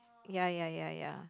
ya ya ya ya